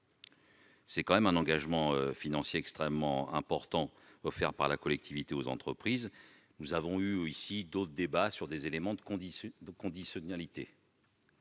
s'agit d'un engagement financier extrêmement important offert par la collectivité aux entreprises. Nous avons eu d'autres débats sur des éléments de conditionnalité,